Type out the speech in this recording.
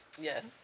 Yes